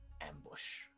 ambush